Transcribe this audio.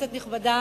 כנסת נכבדה,